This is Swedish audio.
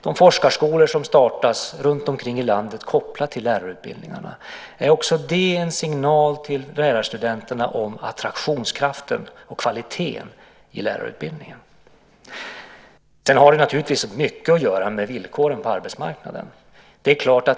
De forskarskolor som startas runtomkring i landet, kopplat till lärarutbildningarna, är också de en signal till lärarstudenterna om attraktionskraften och kvaliteten i lärarutbildningen. Det har naturligtvis också mycket att göra med villkoren på arbetsmarknaden.